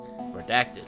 redacted